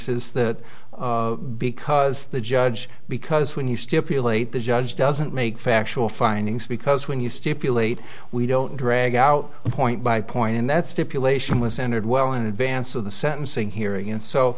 says that because the judge because when you stipulate the judge doesn't make factual findings because when you stipulate we don't drag out point by point and that stipulation was entered well in advance of the sentencing hearing and so